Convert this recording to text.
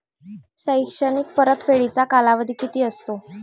शैक्षणिक परतफेडीचा कालावधी किती असतो?